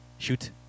Shoot